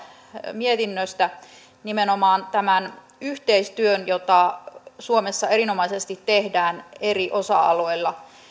mietinnöstä nimenomaan yhteistyön jota suomessa erinomaisesti tehdään eri osa alueilla